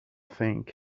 think